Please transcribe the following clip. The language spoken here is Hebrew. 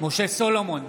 משה סולומון,